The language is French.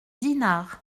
dinard